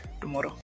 tomorrow